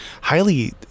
highly